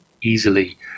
easily